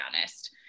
honest